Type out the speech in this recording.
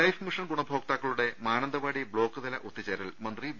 life mission ഗുണഭോക്താക്കളുടെ മാനന്തവാടി ബ്ലോക്ക്തല ഒത്തുചേരൽ മന്ത്രി വി